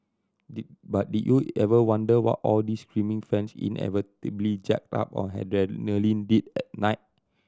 did but did you ever wonder what all these screaming fans inevitably jacked up on adrenaline did at night